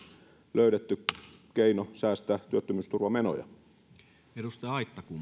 löydetty keino säästää työttömyysturvamenoja